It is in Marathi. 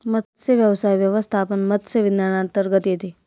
मत्स्यव्यवसाय व्यवस्थापन मत्स्य विज्ञानांतर्गत येते